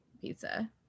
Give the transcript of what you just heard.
pizza